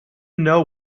know